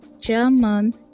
German